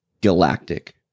Galactic